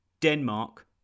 Denmark